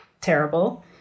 terrible